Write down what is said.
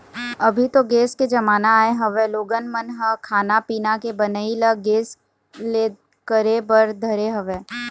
अभी तो गेस के जमाना आय हवय लोगन मन ह खाना पीना के बनई ल गेस ले करे बर धरे हवय